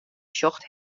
sjocht